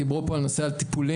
דיברו פה על נושא הטיפולים.